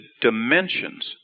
dimensions